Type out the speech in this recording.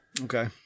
Okay